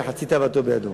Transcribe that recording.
וחצי תאוותו בידו.